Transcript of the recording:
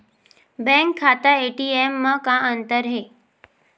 Bank खाता ATM मा का अंतर हे?